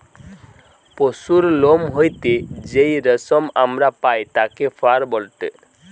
পশুর লোম হইতে যেই রেশম আমরা পাই তাকে ফার বলেটে